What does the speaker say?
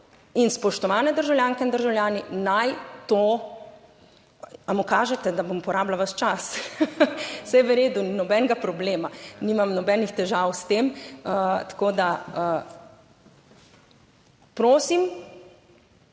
in spoštovani državljanke in državljani naj to, a mu kažete, da bom porabila ves čas, / smeh/ saj je v redu, ni nobenega problema, nimam nobenih težav s tem, tako da prosim,